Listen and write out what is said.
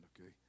okay